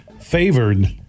favored